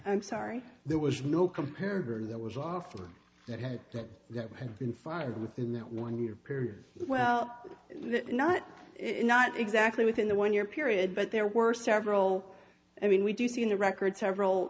i'm sorry there was no compare her that was offered that had to have been funded within that one year period well not not exactly within the one year period but there were several i mean we do see in the records several